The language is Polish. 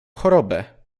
chorobę